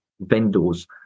vendors